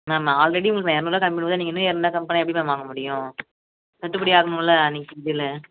ma'am already உங்களுக்கு நான் இரநூறுவா கம்மி பண்ணும் போது நீங்கள் இன்னும் இரநூறுவா கம்மி பண்ணால் எப்படி மேம் வாங்க முடியும் கட்டுப்படி ஆகணும்ல நீங்கள் இதில்